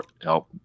help